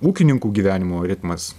ūkininkų gyvenimo ritmas